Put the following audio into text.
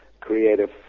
creative